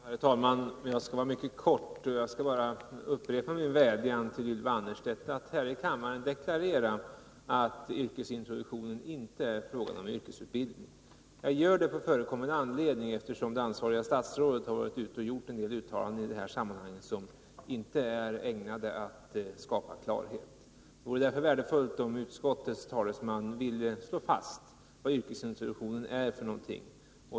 Herr talman! Jag skall fatta mig mycket kort och bara upprepa min vädjan till Ylva Annerstedt att här i kammaren deklarera att det i yrkesintroduktionen inte är fråga om yrkesutbildning. Jag gör det på förekommen anledning, eftersom det ansvariga statsrådet gjort en del uttalanden i det här sammanhanget som inte är ägnade att skapa klarhet. Det vore därför värdefullt om utskottets talesman ville slå fast vad yrkesintroduktionen är.